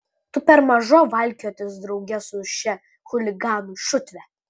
tu per maža valkiotis drauge su šia chuliganų šutve